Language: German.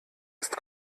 ist